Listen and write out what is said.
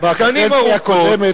בקדנציה הקודמת,